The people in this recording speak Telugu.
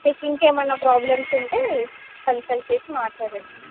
మీకు ఇంకేమన్నా ప్రాబ్లమ్స్ ఉంటే కన్సల్ట్ చేసి మాట్లాడండి